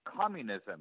communism